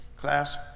Class